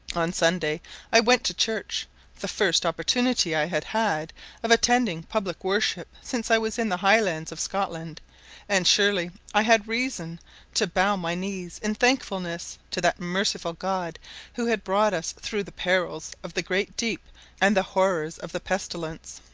on sunday i went to church the first opportunity i had had of attending public worship since i was in the highlands of scotland and surely i had reason to bow my knees in thankfulness to that merciful god who had brought us through the perils of the great deep and the horrors of the pestilence.